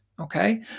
okay